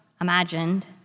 imagined